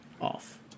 off